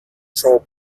troll